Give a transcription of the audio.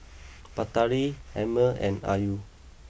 Batari Ammir and Ayu